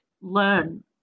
learn